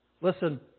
Listen